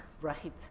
Right